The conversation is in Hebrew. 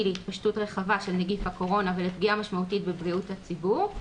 להתפשטות רחבה של נגיף הקורונה ולפגיעה משמעותית בבריאות הציבור,